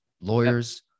lawyers